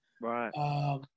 Right